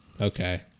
Okay